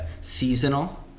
seasonal